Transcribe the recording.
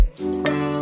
round